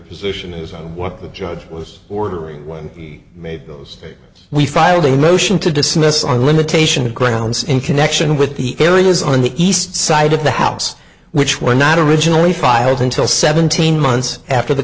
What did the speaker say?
position is on what the judge was ordering one made those we filed a motion to dismiss on limitation grounds in connection with the areas on the east side of the house which were not originally filed until seventeen months after the